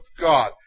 God